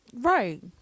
right